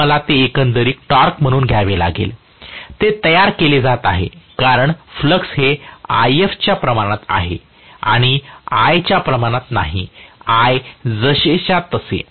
तर मला हे एकंदरीत टॉर्क म्हणून घ्यावे लागेल ते तयार केले जात आहे कारण फ्लक्स हे If च्या प्रमाणात आहे I प्रमाणात नाही I जसे च्या तसे